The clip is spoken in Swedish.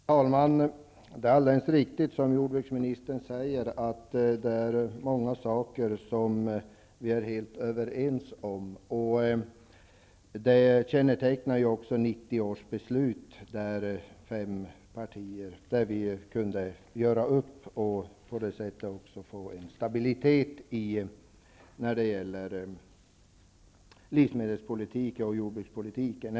Fru talman! Det är helt riktigt som jordbruksministern säger att det finns många saker som vi är överens om. Det kännetecknar också 1990 års beslut, där vi kunde göra upp och få en stabilitet i livsmedels och jordbrukspolitiken.